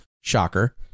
Shocker